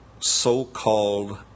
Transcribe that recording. so-called